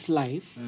life